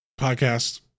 podcast